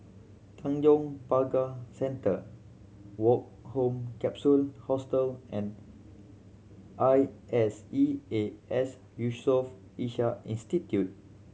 Tanjong Pagar Centre Woke Home Capsule Hostel and I S E A S Yusof Ishak Institute